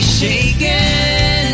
shaken